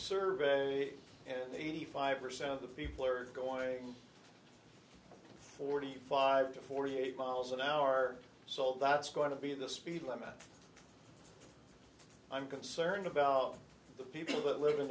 survey and eighty five percent of the people are going forty five to forty eight miles an hour so that's going to be the speed limit i'm concerned about the people that live in